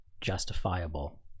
justifiable